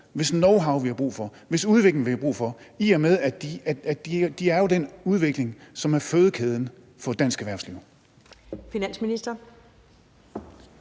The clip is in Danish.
hvis knowhow vi har brug for, hvis udvikling vi har brug for, i og med at de jo er en del af fødekæden for dansk erhvervsliv?